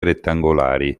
rettangolari